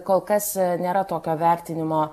kol kas nėra tokio vertinimo